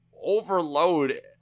overload